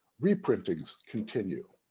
reprintings continue.